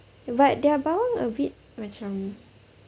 but their bawang a bit macam